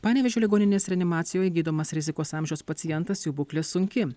panevėžio ligoninės reanimacijoj gydomas rizikos amžiaus pacientas jo būklė sunki